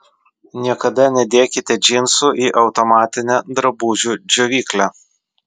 niekada nedėkite džinsų į automatinę drabužių džiovyklę